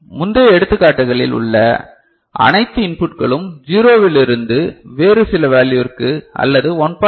முந்தைய எடுத்துக்காட்டுகளில் உள்ள அனைத்து இன்புட்களும் ஜீரோவிளிருந்து வேறு சில வேல்யுவிற்கு அல்லது 1